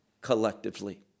collectively